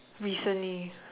recently